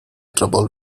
trouble